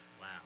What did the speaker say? Wow